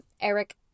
Eric